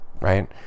right